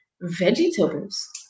vegetables